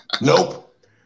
Nope